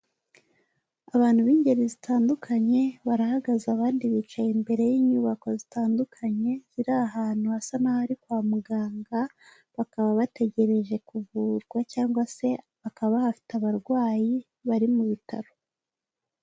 Abantu b'ingeri zitandukanye barahagaze abandi bicaye imbere y'inyubako zitandukanye ziri ahantu hasa n'aho ari kwa muganga, bakaba bategereje kuvurwa cyangwa se bakaba bahafite abarwayi bari mu bitaro.